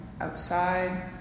outside